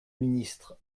ministre